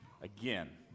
again